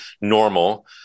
normal